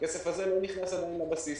הכסף הזה לא נכנס עדיין לבסיס,